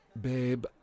Babe